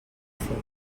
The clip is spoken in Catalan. fer